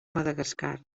madagascar